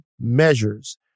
measures